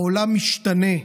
העולם משתנה.